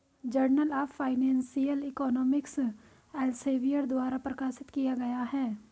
journal of financial economics Elsevier द्वारा प्रकाशित किया गया हैं